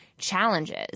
Challenges